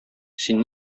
син